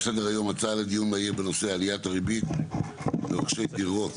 על סדר היום הצעה לדיון מהיר בנושא עליית הריבית ורוכשי דירות,